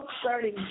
starting